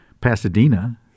Pasadena